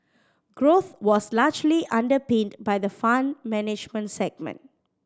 growth was largely underpinned by the Fund Management segment